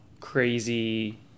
crazy